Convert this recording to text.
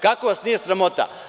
Kako vas nije sramota?